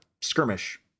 skirmish